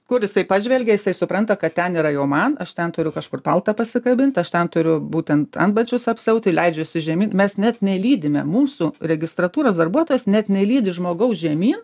kur jisai pažvelgia jisai supranta kad ten yra jau man aš ten turiu kažkur paltą pasikabint aš ten turiu būtent antbačius apsiauti leidžiuosi žemyn mes net nelydime mūsų registratūros darbuotojas net nelydi žmogaus žemyn